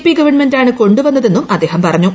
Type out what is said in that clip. P ഗവൺമെന്റാണ് കൊണ്ടുവന്നതെന്നും അദ്ദേഹം പറഞ്ഞു